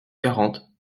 quarante